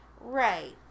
Right